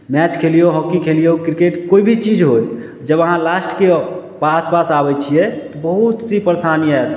match खेलियौ hockey खेलियौ cricket कोइ भी चीज होइ जब अहाँ लास्टके पास पास आबै छियै बहुत सी परेशानी आयत